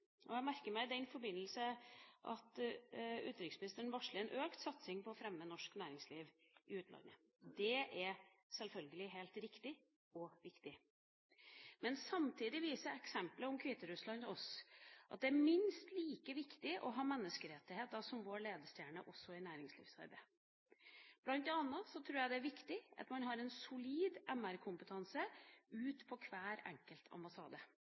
Jeg merker meg i den forbindelse at utenriksministeren varsler en økt satsing på å fremme norsk næringsliv i utlandet. Det er selvfølgelig helt riktig og viktig. Men samtidig viser eksemplet om Hviterussland oss at det er minst like viktig å ha menneskerettigheter som vår ledestjerne også i næringslivsarbeidet. Blant annet tror jeg det er viktig at man har en solid MR-kompetanse på hver enkelt ambassade.